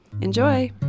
Enjoy